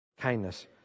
Kindness